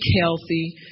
healthy